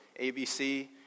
ABC